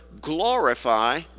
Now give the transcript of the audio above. glorify